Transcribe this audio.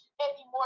anymore